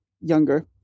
younger